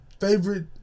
favorite